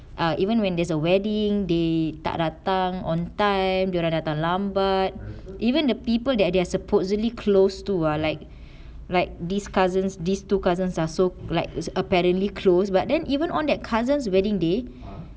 ah even when there is a wedding they tak datang on time dia orang datang lambat even the people that they're supposedly close to ah like like these cousins these two cousins are so like is apparently close but then even on that cousin's wedding day